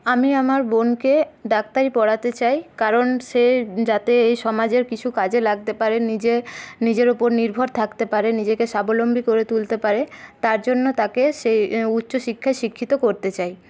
আমি আমার বোনকে ডাক্তারি পড়াতে চাই কারণ সে যাতে এই সমাজের কিছু কাজে লাগতে পারে নিজে নিজের ওপর নির্ভর থাকতে পারে নিজেকে স্বাবলম্বী করে তুলতে পারে তার জন্য তাকে সেই উচ্চ শিক্ষায় শিক্ষিত করতে চাই